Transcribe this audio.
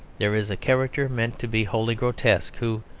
there is a character meant to be wholly grotesque, who,